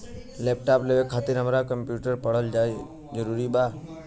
Laptop लेवे खातिर हमरा कम्प्युटर पढ़ल जरूरी बा?